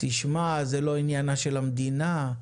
זה לא עניינה של המדינה.